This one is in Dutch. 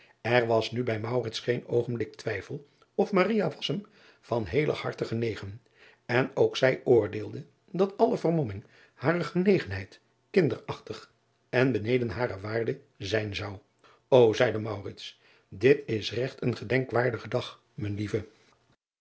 r was nu bij geen oogenblik twijfel of was hem van heeler harte genegen en ook zij oordeelde dat alle vermomming harer genegenheid kinderachtig en beneden hare waarde zijn zou o zeide dit is regt een gedenkwaardige dag mijn lieve